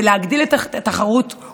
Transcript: להגדיל את התחרות,